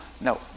no